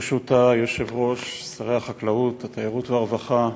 ברשות היושב-ראש, שרי החקלאות, התיירות והרווחה,